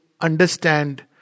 understand